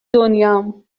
دنیام